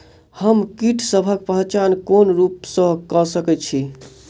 हम कीटसबक पहचान कोन रूप सँ क सके छी?